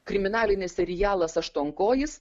kriminalinis serialas aštuonkojis